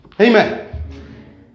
Amen